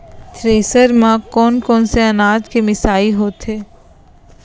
Thresher म कोन कोन से अनाज के मिसाई होथे?